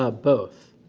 ah both,